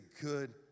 good